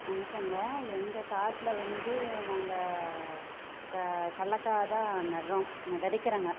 வணக்கங்க எங்கள் காட்டில் வந்து நாங்கள் க கல்லக்காய் தான் நடுறோம் விதைக்கிறங்க